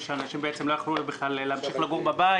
אם זו את שיכולה להשיב לי,